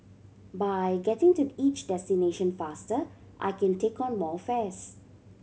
by getting to each destination faster I can take on more fares